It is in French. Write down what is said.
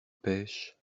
pêche